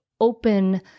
open